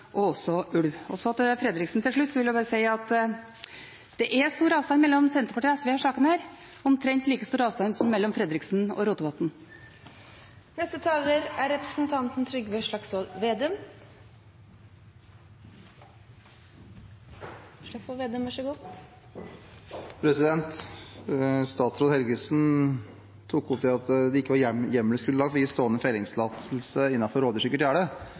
ulv. Og til slutt, til Fredriksen, vil jeg bare si at det er stor avstand mellom Senterpartiet og SV i denne saken – omtrent like stor avstand som det er mellom Fredriksen og Rotevatn. Representanten Trygve Slagsvold Vedum har hatt ordet to ganger tidligere i debatten og får ordet til en kort merknad, begrenset til 1 minutt. Statsråd Helgesen tok opp det at det ikke var hjemmelsgrunnlag for å gi stående fellingstillatelse